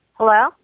Hello